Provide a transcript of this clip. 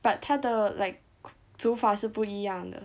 but 他的 like 煮法是不一样的